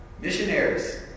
missionaries